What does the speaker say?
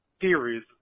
theories